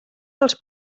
pels